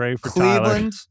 Cleveland